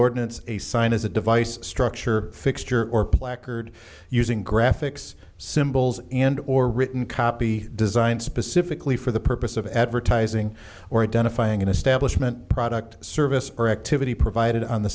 ordinance a sign is a device structure fixture or placard using graphics symbols and or written copy designed specifically for the purpose of advertising or identifying an establishment product service or activity provided on the